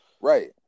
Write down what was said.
Right